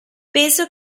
penso